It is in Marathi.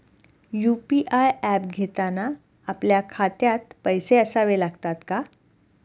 यु.पी.आय ऍप घेताना आपल्या खात्यात पैसे असावे लागतात का?